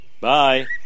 Bye